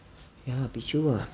ya lah pichu ah